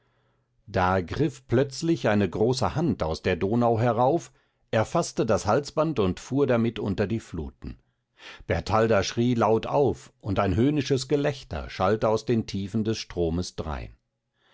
da griff plötzlich eine große hand aus der donau herauf erfaßte das halsband und fuhr damit unter die fluten bertalda schrie laut auf und ein höhnisches gelächter schallte aus den tiefen des stromes drein